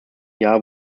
jahr